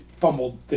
fumbled